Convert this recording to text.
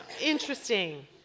interesting